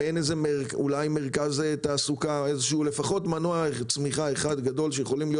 אולי מרכז תעסוקה או לפחות מנוע צמיחה אחד גדול שיכולים להיות